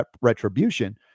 retribution